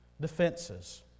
defenses